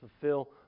fulfill